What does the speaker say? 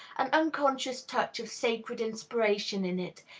an unconscious touch of sacred inspiration in it,